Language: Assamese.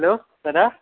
হেল্ল' দাদা